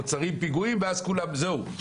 נוצרים פיגועים ואז אנחנו בהיערכות.